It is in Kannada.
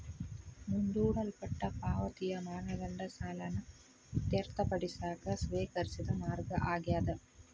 ಮುಂದೂಡಲ್ಪಟ್ಟ ಪಾವತಿಯ ಮಾನದಂಡ ಸಾಲನ ಇತ್ಯರ್ಥಪಡಿಸಕ ಸ್ವೇಕರಿಸಿದ ಮಾರ್ಗ ಆಗ್ಯಾದ